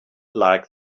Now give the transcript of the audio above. like